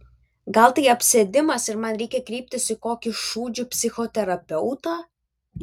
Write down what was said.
gal tai apsėdimas ir man reikia kreiptis į kokį šūdžių psichoterapeutą